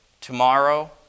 tomorrow